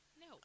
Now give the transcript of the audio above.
no